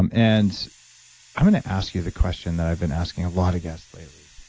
um and i'm going to ask you the question that i've been asking a lot of guests lately.